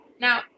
Now